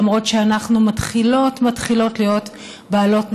למרות שאנחנו מתחילות מתחילות להיות בעלות נכסים,